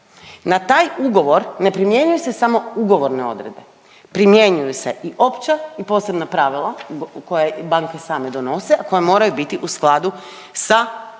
na taj ugovor ne primjenjuju se samo ugovorne odredbe, primjenjuju se i opća i posebna pravila koja banke same donose, koja moraju biti u skladu sa europskim